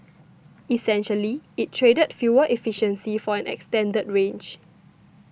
essentially it traded fuel efficiency for an extended range